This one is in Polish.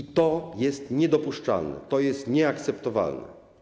I to jest niedopuszczalne, to jest nieakceptowalne.